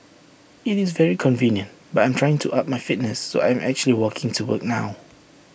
IT is very convenient but I'm trying to up my fitness so I'm actually walking to work now